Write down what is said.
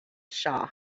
shaw